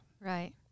Right